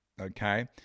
okay